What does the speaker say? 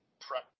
prep